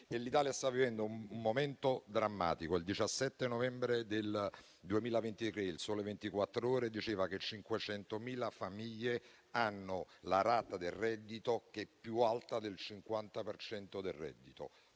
L'Italia sta vivendo un momento drammatico. Il 17 novembre del 2023 «Il Sole 24 Ore» diceva che 500.000 famiglie hanno la rata del mutuo che è più alta del 50 per cento